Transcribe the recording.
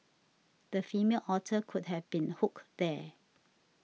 the female otter could have been hooked there